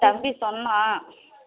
தம்பி சொன்னான்